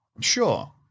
Sure